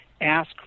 ask